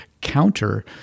counter